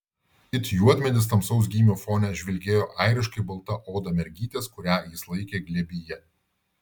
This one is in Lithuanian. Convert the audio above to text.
it juodmedis tamsaus gymio fone žvilgėjo airiškai balta oda mergytės kurią jis laikė glėbyje